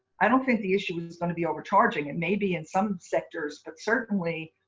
i don't think the issue is going to be overcharging. it may be in some sectors. but certainly,